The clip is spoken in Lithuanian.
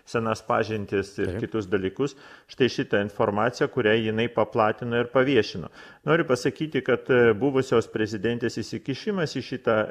senas pažintis ir kitus dalykus štai šitą informaciją kurią jinai paplatino ir paviešino noriu pasakyti kad buvusios prezidentės įsikišimas į šitą